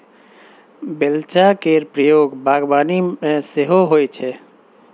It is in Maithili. बेलचा केर प्रयोग बागबानी मे सेहो होइ छै